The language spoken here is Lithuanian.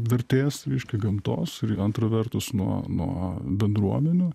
vertės reiškia gamtos antra vertus nuo nuo bendruomenių